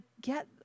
get